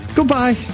Goodbye